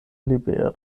libere